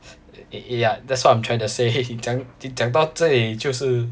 ya that's what I'm trying to say 你讲讲到这里就是